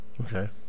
Okay